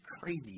crazy